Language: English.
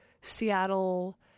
Seattle